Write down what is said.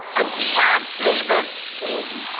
adiya davis king,